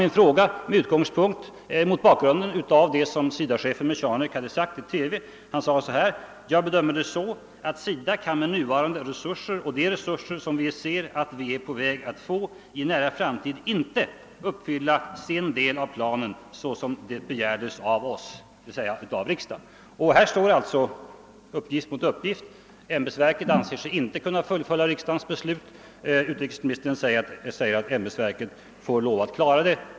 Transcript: Jag ställde min fråga mot bakgrunden av vad SIDA-chefen Michanek sagt i TV. Han sade där: »Jag bedömer det så att SIDA kan med nuvarande resurser och de resurser som vi ser att vi är på väg att få i en nära framtid inte uppfylla sin del av planen så som det begärdes av oss» — d. v. s. av riksdagen. Här står alltså uppgift mot uppgift. AÄmbetsverket anser sig inte kunna fullfölja riksdagens beslut — utrikesministern säger att ämbetsverket får lov att klara saken.